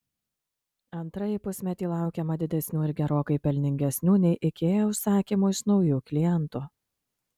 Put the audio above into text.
antrąjį pusmetį laukiama didesnių ir gerokai pelningesnių nei ikea užsakymų iš naujų klientų